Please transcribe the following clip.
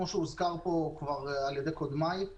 כמו שהוזכר פה כבר על ידי קודמיי,